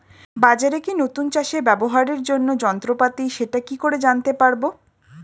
বাজারে কি নতুন চাষে ব্যবহারের জন্য যন্ত্রপাতি সেটা কি করে জানতে পারব?